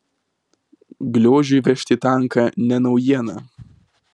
gliožiui vežti tanką ne naujiena